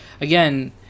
again